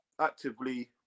actively